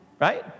Right